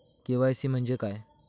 KYC म्हणजे काय?